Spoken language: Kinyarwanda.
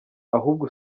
ahubwo